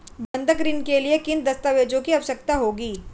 बंधक ऋण के लिए किन दस्तावेज़ों की आवश्यकता होगी?